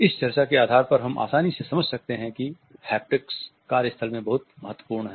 इस चर्चा के आधार पर हम आसानी से समझ सकते है कि हैप्टिक्स कार्य स्थल में बहुत महत्वपूर्ण है